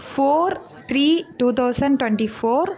four three two thousand twenty four